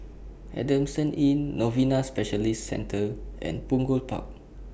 Adamson Inn Novena Specialist Centre and Punggol Park